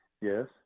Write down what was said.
Yes